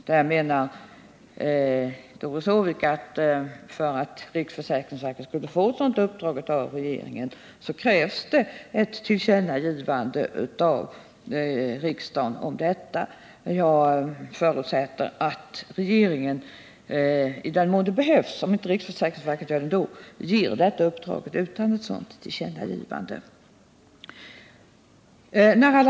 Doris Håvik menar att för att riksförsäkringsverket skulle få ett sådant uppdrag av regeringen så krävs det ett tillkännagivande av riksdagen om detta. Jag förutsätter att regeringen, i den mån det behövs om inte riksförsäkringsverket gör det ändå, ger ett sådant uppdrag även utan tillkännagivande från riksdagen.